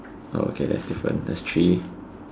oh okay that's different that's three